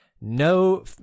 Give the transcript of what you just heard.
no